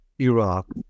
Iraq